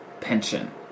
pension